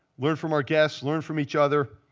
learn from our guests, learn from each other.